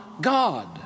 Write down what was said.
God